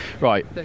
Right